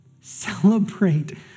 Celebrate